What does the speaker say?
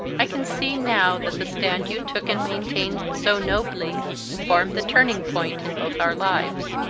i can see now that the stand you took and maintained so nobly formed the turning-point in both our lives.